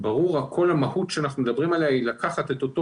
ברור וכל המהות עליה אנחנו מדברים היא לקחת את אותו